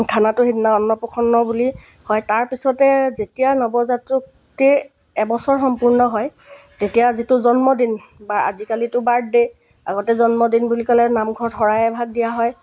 খানাটো সেইদিনা অন্নপ্ৰাশন বুলি হয় তাৰপিছতে যেতিয়া নৱজাতটিৰ এবছৰ সম্পূৰ্ণ হয় তেতিয়া যিটো জন্মদিন বা আজিকালিতো বাৰ্থডে' আগতে জন্মদিন বুলি ক'লে নামঘৰত শৰাই এভাগ দিয়া হয়